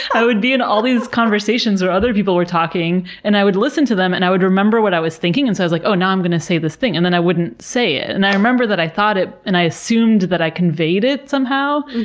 i would be in all these conversations where other people were talking, and i would listen to them, and i would remember what i was thinking, and so i was like, oh, now i am going to say this thing. and then i wouldn't say it. and i remember that i thought it, and assumed that i conveyed it somehow,